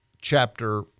chapter